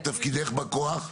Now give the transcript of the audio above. תפקידך בכוח?